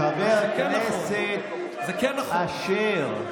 יש פה ממשלה, שבאופן די מדהים, חבר הכנסת אשר.